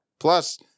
Plus